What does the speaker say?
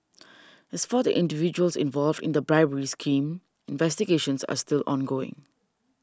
as for the individuals involved in the bribery scheme investigations are still ongoing